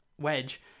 wedge